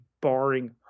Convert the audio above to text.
barring